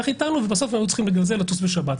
אתנו ובסוף היו צריכים בגלל זה לטוס בשבת.